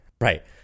Right